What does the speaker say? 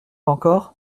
encore